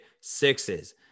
sixes